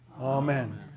Amen